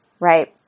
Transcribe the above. right